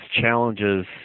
challenges